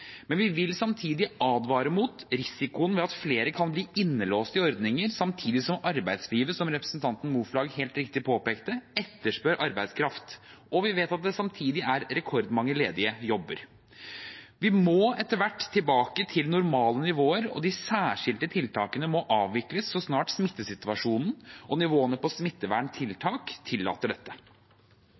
Men vi vil samtidig advare mot risikoen ved at flere kan bli innelåst i ordninger samtidig som arbeidslivet, som representanten Moflag helt riktig påpekte, etterspør arbeidskraft, og vi vet at det samtidig er rekordmange ledige jobber. Vi må etter hvert tilbake til normale nivåer, og de særskilte tiltakene må avvikles så snart smittesituasjonen og nivåene på smitteverntiltak tillater dette.